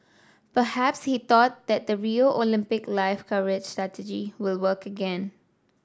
perhaps he thought that the Rio Olympic live coverage strategy will work again